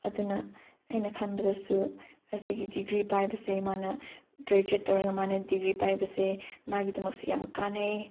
ꯑꯗꯨꯅ ꯑꯩꯅ ꯈꯟꯕꯗꯁꯨ ꯑꯁꯤꯒꯤ ꯗꯤꯒ꯭ꯔꯤ ꯄꯥꯏꯕꯁꯦ ꯃꯥꯅ ꯒ꯭ꯔꯦꯖꯨꯋꯦꯠ ꯇꯧꯔꯒ ꯃꯥꯅ ꯗꯤꯒ꯭ꯔꯤ ꯄꯥꯏꯕꯁꯦ ꯃꯥꯒꯤꯗꯃꯛꯁꯦ ꯌꯥꯝ ꯀꯥꯟꯅꯩ